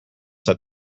that